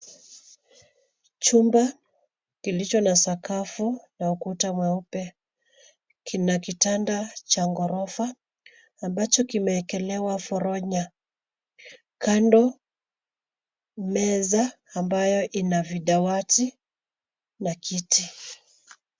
Chumba kilicho na sakafu na ukuta mweupe kina kitanda cha ghorofa ambacho kimewekelewa foronya. Kando, meza ambayo ina vidawati na kiti.